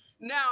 Now